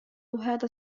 هذا